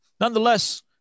Nonetheless